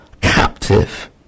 captive